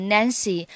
Nancy